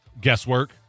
guesswork